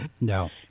no